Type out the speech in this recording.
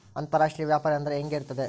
ಅಂತರಾಷ್ಟ್ರೇಯ ವ್ಯಾಪಾರ ಅಂದರೆ ಹೆಂಗೆ ಇರುತ್ತದೆ?